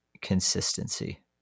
consistency